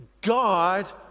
God